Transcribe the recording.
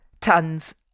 tons